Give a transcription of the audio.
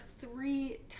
three